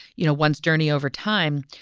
you know, one's journey over time.